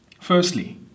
Firstly